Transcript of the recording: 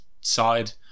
side